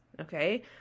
okay